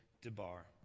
Debar